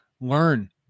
learn